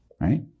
right